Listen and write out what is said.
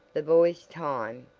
the boys' time,